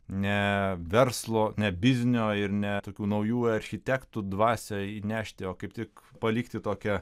ne verslo ne biznio ir ne tokių naujų architektų dvasią įnešti o kaip tik palikti tokią